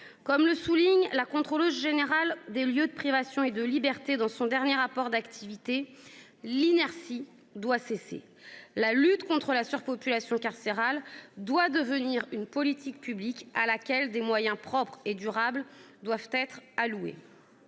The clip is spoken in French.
Comme le souligne la Contrôleure générale des lieux de privation de liberté dans son dernier rapport d'activité, l'inertie doit cesser. La lutte contre la surpopulation carcérale doit devenir une politique publique dotée de moyens propres et durables. Enfin, concernant